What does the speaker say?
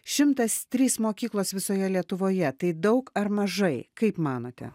šimtas trys mokyklos visoje lietuvoje tai daug ar mažai kaip manote